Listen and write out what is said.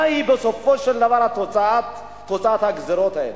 מהי בסופו של דבר תוצאת הגזירות האלה.